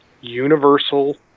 universal